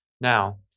now